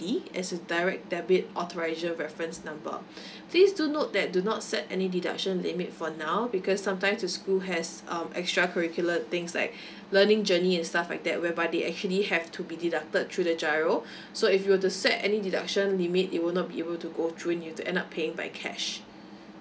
as a direct debit authoriser reference number please do note that do not set any deduction limit for now because sometime the school has um extra curricular things like learning journey and stuff like that whereby they actually have to be deducted through the G_I_R_O so if you were to set any deduction limit it will not be able to go through you will end up paying by cash